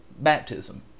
baptism